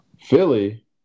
Philly